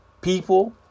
People